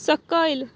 सकयल